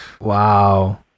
Wow